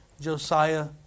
Josiah